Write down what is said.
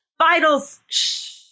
vitals